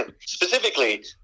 Specifically